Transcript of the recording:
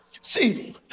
See